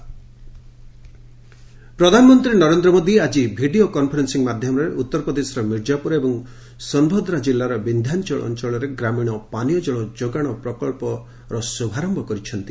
PM drinking water ପ୍ରଧାନମନ୍ତ୍ରୀ ନରେନ୍ଦ୍ର ମୋଦି ଆଜି video conferencing ମାଧ୍ୟମରେ ଉତ୍ତର ପ୍ରଦେଶର ମିର୍କାପୁର ଏବଂ ସୋନ୍ଭଦ୍ରା କିଲ୍ଲାର ବିନ୍ଧ୍ୟାଞ୍ଚଳ ଅଞ୍ଚଳରେ ଗ୍ରାମୀଣ ପାନୀୟ ଜଳ ଯୋଗାଣ ପ୍ରକନ୍ଧର ଶୁଭାରମ୍ଭ କରିଛନ୍ତି